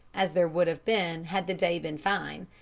as there would have been had the day been fine.